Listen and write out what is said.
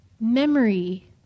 memory